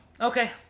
okay